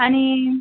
आणि